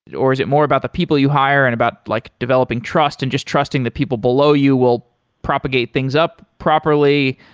or is it more about the people you hire and about like developing trust and just trusting the people below you will propagate things up properly?